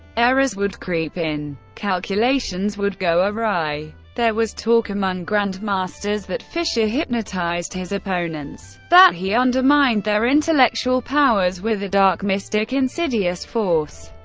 errors would creep in. calculations would go awry. there was talk among grandmasters that fischer hypnotized his opponents, that he undermined their intellectual powers with a dark, mystic, insidious force.